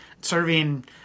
Serving